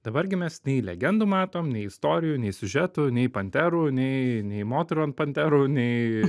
dabar gi mes nei legendų matom nei istorijų nei siužetų nei panterų nei nei moterų ant panterų nei